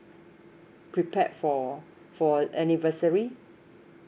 prepared for for anniversary